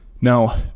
Now